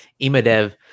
Imadev